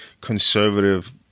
conservative